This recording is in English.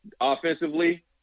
Offensively